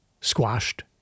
squashed